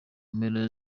mpera